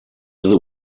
other